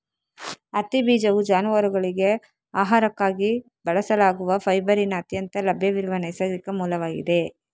ಹತ್ತಿ ಬೀಜವು ಜಾನುವಾರುಗಳಿಗೆ ಆಹಾರಕ್ಕಾಗಿ ಬಳಸಲಾಗುವ ಫೈಬರಿನ ಅತ್ಯಂತ ಲಭ್ಯವಿರುವ ನೈಸರ್ಗಿಕ ಮೂಲವಾಗಿದೆ